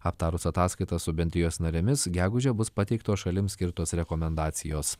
aptarus ataskaitas su bendrijos narėmis gegužę bus pateiktos šalims skirtos rekomendacijos